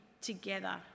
together